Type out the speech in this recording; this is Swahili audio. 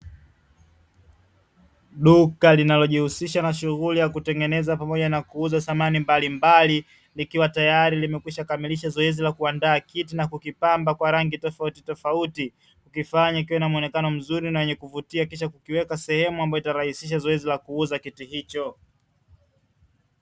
Duka linalojihusisha na shunghuli ya kutengeneza pamoja na kuuza samani mbalimbali, likiwa tayari limekwisha zoezi la kuandaa kiti na kukipamba kwa rangi tofautitofauti, kikifanya kiwe na mwenekano mzuri na wenye kuvutia kisha kukiweka sehemu ambayo itarahisisha zoezi la kuuza kiti hicho .